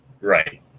right